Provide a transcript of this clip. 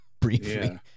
briefly